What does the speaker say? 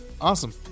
Awesome